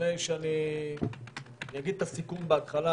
לפני שאגיד את הסיכום בהתחלה,